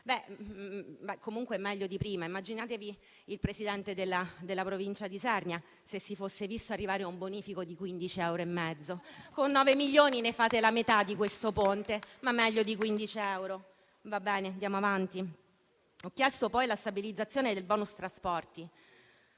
9. Comunque meglio di prima. Immaginatevi il presidente della Provincia di Isernia se si fosse visto arrivare un bonifico di 15,5 euro. Con nove milioni ne fate la metà, di questo ponte, ma meglio di 15 euro. Va bene, andiamo avanti. Ho chiesto poi la stabilizzazione del *bonus* trasporti,